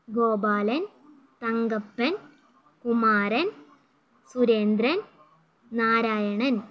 Gopalan Thankappan Kumaran Surendran Narayanan